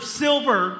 silver